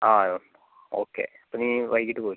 ആ ഓക്കെ അപ്പോൾ നീ വൈകിട്ട് പോര്